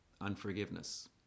unforgiveness